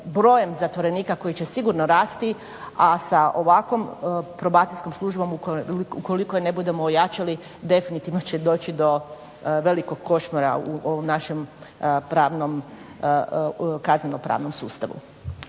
brojem zatvorenika koji će sigurno rasti, a sa ovakvom Probacijskom službom ukoliko je ne budemo ojačali, definitivno će doći do velikog košmara u ovom našem kazneno pravnom sustavu.